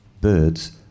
birds